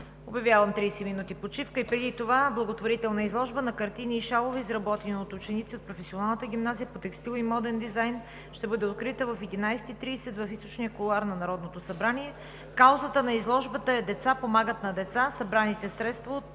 Обявявам 30 минути почивка. Преди това – благотворителна изложба на картини и шалове, изработени от ученици от Професионалната гимназия по текстил и моден дизайн. Тя ще бъде открита в 11,30 ч. в източния кулоар на Народното събрание. Каузата на изложбата е: „Деца помагат на деца“. Събраните средства